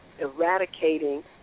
eradicating